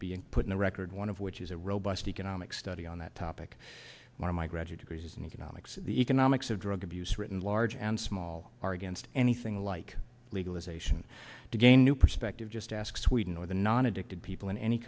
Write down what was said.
being put in the record one of which is a robust economic study on that topic one of my graduate degrees in economics the economics of drug abuse written large and small are against anything like legalization to gain new perspective just ask sweden or the non addicted people in any